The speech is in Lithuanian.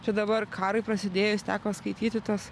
čia dabar karui prasidėjus teko skaityti tuos